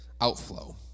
outflow